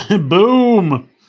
Boom